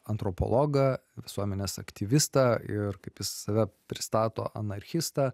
antropologą visuomenės aktyvistą ir kaip jis save pristato anarchistą